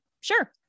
sure